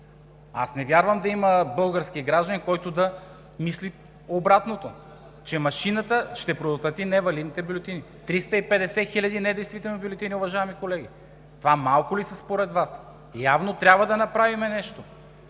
Аз не вярвам да има български гражданин, който да мисли обратното – че машината ще предотврати невалидните бюлетини. 350 хиляди недействителни бюлетини, уважаеми колеги! Това малко ли са според Вас? Явно трябва да направим нещо.